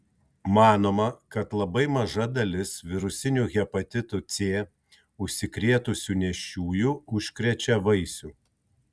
manoma kad labai maža dalis virusiniu hepatitu c užsikrėtusių nėščiųjų užkrečia vaisių